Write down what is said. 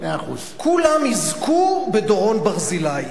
כולם יזכו בדורון ברזילי.